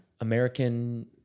American